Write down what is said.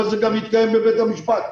אבל זה מתקיים גם בבית המשפט.